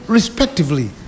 Respectively